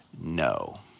no